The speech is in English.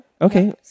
Okay